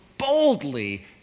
boldly